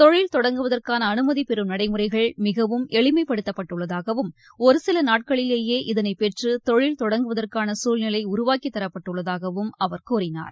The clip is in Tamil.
கொழில் தொடங்குவதற்கான அனுமதி பெறம் நடைமுறைகள் மிகவும் எளிமைப்படுத்தப்பட்டுள்ளதாகவும் ஒரு சில நாட்களிலேயே இதனை பெற்று தொழில் தொடங்குவதற்கான சூழ்நிலை உருவாக்கித்தரப்பட்டுள்ளதாகவும் அவர் கூறினார்